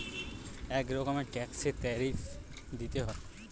এক রকমের ট্যাক্সে ট্যারিফ দিতে হয়